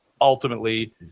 ultimately